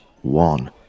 one